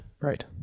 Right